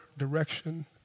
direction